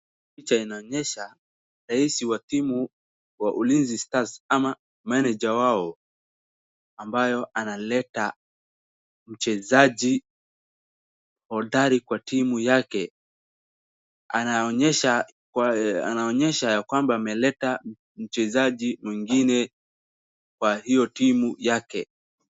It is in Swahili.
Hii picha inaonyesha rais wa timu wa Ulinzi Stars ama meneja wao ambaye analeta mchezaji hodari kwa timu yake. Anaonyesha ya kwamba ameleta mchezaji mwengine kwa hiyo timu yake.